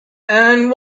and